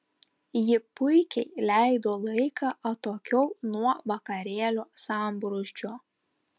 ji puikiai leido laiką atokiau nuo vakarėlio sambrūzdžio